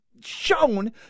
shown